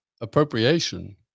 appropriation